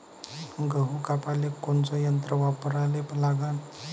गहू कापाले कोनचं यंत्र वापराले लागन?